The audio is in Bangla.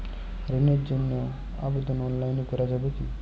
ঋণের জন্য আবেদন অনলাইনে করা যাবে কি?